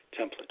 template